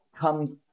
comes